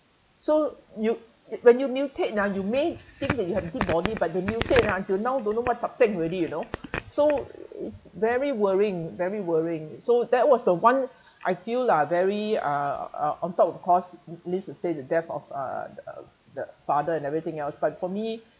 so you when you mutate ah you may think that you have a good body but they mutate ha till now don't know what's already you know so it's very worrying very worrying so that was the one I feel lah very uh uh on top of course need to say the death of uh uh the father and everything else but for me